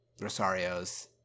Rosario's